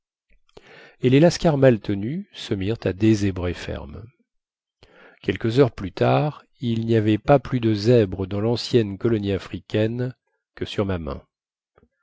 et les lascars mal tenus se mirent à dézébrer ferme quelques heures plus tard il ny avait pas plus de zèbres dans lancienne colonie africaine que sur ma main